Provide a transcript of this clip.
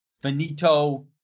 finito